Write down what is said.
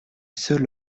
seul